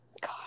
God